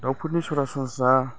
दाउफोरनि सरासनस्रा